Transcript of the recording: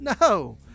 No